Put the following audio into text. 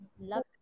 Love